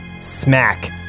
Smack